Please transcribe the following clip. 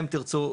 אם תרצו,